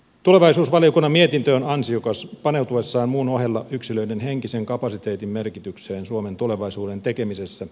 tulevaisuusvaliokunnan mietintö on ansiokas paneutuessaan muun ohella yksilöiden henkisen kapasiteetin merkitykseen suomen tulevaisuuden tekemisessä